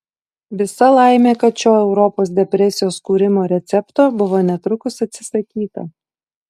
visa laimė kad šio europos depresijos kūrimo recepto buvo netrukus atsisakyta